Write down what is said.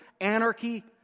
anarchy